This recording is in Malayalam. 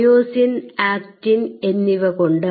myosin actin എന്നിവകൊണ്ട്